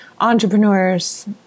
entrepreneurs